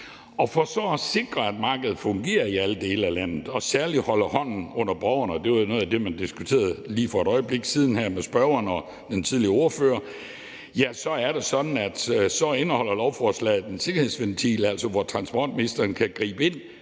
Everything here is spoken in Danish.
For at sikre, at markedet fungerer i alle dele af landet og særlig holder hånden under borgerne – det var jo noget af det, der blev diskuteret lige for et øjeblik siden mellem spørgeren og den tidligere ordfører – er det sådan, at lovforslaget indeholder en sikkerhedsventil, sådan at transportministeren kan gribe ind,